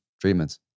treatments